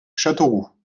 châteauroux